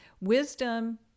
wisdom